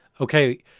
Okay